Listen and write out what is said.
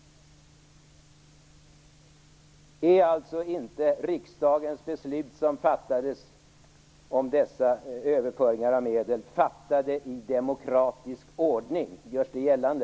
Är de beslut som riksdagen fattade om överföringar av medel inte fattade i demokratisk ordning? Görs det gällande?